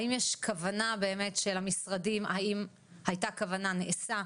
האם יש כוונה באמת של המשרדים או האם הייתה כוונה או נעשה,